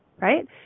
right